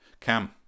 Cam